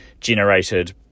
generated